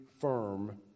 firm